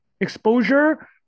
exposure